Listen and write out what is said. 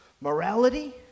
morality